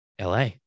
LA